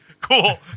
cool